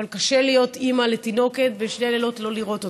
אבל קשה להיות אימא לתינוקת ושני לילות לא לראות אותה,